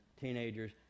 teenagers